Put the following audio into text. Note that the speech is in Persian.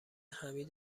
حمید